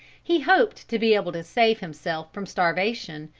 he hoped to be able to save himself from starvation,